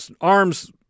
arms